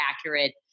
accurate